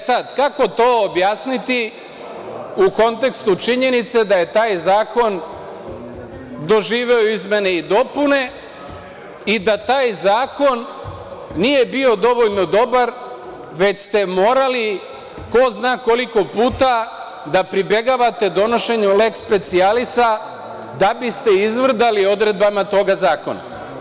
Sada kako to objasniti u kontekstu činjenice da je taj zakon doživeo izmene i dopune i da taj zakon nije bio dovoljno dobar, već ste morali, ko zna koliko puta, da pribegavate donošenju leks specijalisa da biste izvrdali odredbama toga zakona.